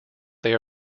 they